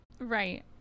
Right